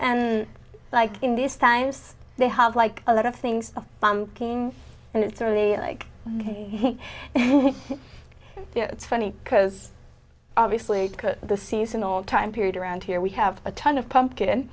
and like in these times they have like a lot of things king and it's only like you know it's funny because obviously the seasonal time period around here we have a ton of pumpkin